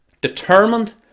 Determined